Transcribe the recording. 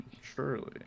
Surely